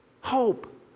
Hope